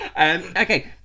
Okay